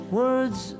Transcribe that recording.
words